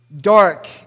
dark